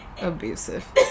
abusive